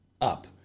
up